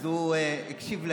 אז הוא הקשיב להם.